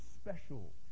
special